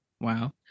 Wow